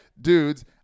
dudes